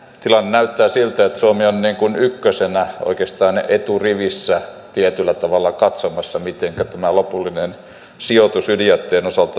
tilanne näyttää siltä että suomi on niin kuin ykkösenä oikeastaan tietyllä tavalla eturivissä katsomassa mitenkä tämä lopullinen sijoitus ydinjätteen osalta tehdään